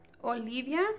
Olivia